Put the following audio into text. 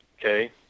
Okay